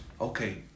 Okay